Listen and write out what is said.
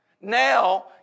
Now